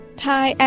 thai